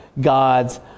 God's